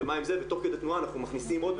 ותוך כדי תנועה אנחנו מכניסים עוד,